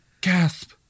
Gasp